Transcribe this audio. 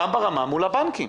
גם ברמה מול הבנקים.